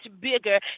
bigger